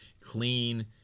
clean